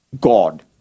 God